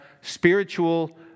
spiritual